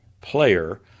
player